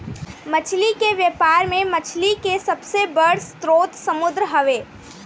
मछली के व्यापार में मछली के सबसे बड़ स्रोत समुंद्र हवे